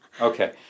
Okay